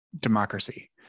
Democracy